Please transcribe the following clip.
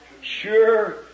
Sure